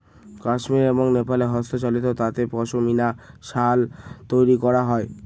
কাশ্মির এবং নেপালে হস্তচালিত তাঁতে পশমিনা শাল তৈরী করা হয়